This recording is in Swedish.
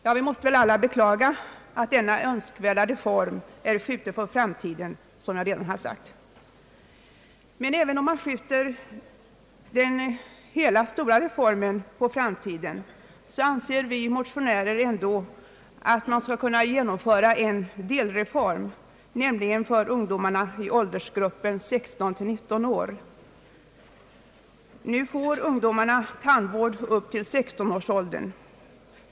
Man måste således beklaga att denna önskvärda reform är skjuten på framtiden, av skäl som jag nämnt. Även om man skjuter på den stora reformen, så anser vi motionärer att en delreform skall kunna genomföras, nämligen för ungdomar i åldersgruppen 16—19 år. Nu får ungdomar tandvård till 16 års ålder.